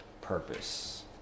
purpose